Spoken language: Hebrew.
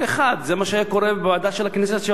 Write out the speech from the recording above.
זה מה שהיה קורה בוועדה של הכנסת שהנושא היה עובר אליה.